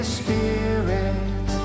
spirit